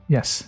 Yes